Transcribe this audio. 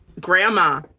Grandma